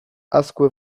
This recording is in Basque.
azkue